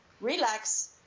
relax